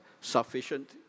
sufficient